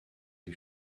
die